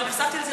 לא נחשפתי לזה,